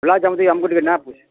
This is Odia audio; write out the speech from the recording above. ଗୁଲାପ୍ଜାମୁ ଥି ଆମ୍କୁ ଟିକେ ନାଇ ପୁଷେ